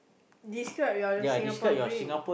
describe your your Singapore dream